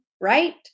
right